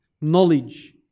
knowledge